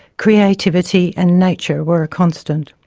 creativity and nature were a constant.